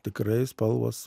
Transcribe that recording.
tikrai spalvos